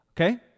Okay